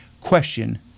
Question